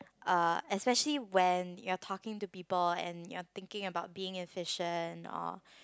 uh especially when you are talking to people and you are thinking about of being efficient or